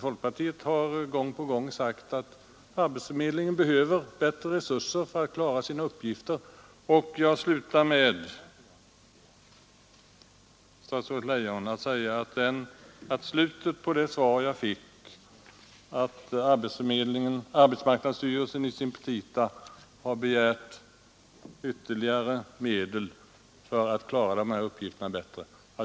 Folkpartiet har gång på gång sagt att arbetsförmedlingarna behöver bättre resurser för att klara sina uppgifter. Statsrådet Leijon säger i slutet av sitt svar att arbetsmarknadsstyrelsen i sina petita begärt ytterligare medel för att klara dessa uppgifter bättre.